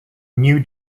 new